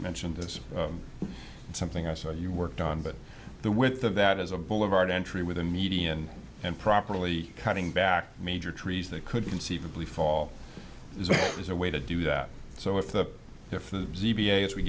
mentioned this is something i saw you worked on but the width of that is a boulevard entry with a median and properly cutting back major trees that could conceivably fall is a way to do that so if th